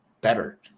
better